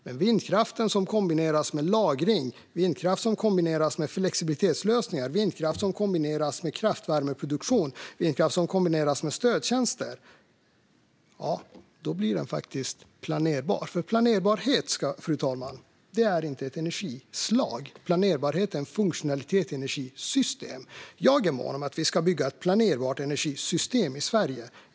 Men vindkraft som kombineras med lagring, flexibilitetslösningar, kraftvärmeproduktion och med stödtjänster blir faktiskt planerbar. Fru talman! Planerbarhet är inget energislag utan en funktionalitet i energisystem. Jag är mån om att vi ska bygga ett planerbart energisystem i Sverige.